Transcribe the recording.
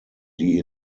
die